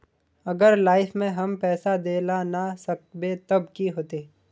अगर लाइफ में हम पैसा दे ला ना सकबे तब की होते?